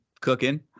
cooking